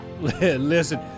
Listen